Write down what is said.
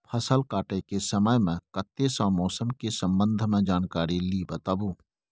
फसल काटय के समय मे कत्ते सॅ मौसम के संबंध मे जानकारी ली बताबू?